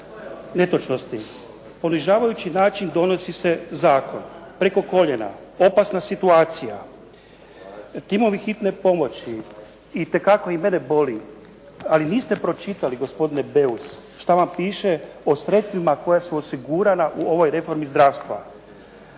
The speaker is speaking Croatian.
netočnosti. Na ponižavajući način donosi se zakon, preko koljena, opasna situacija, timovi hitne pomoći. Itekako i mene boli, ali niste pročitali gospodine Beus šta vam piše o sredstvima koja su osigurana u ovoj reformi zdravstva.